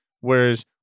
whereas